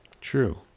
True